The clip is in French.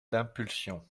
d’impulsion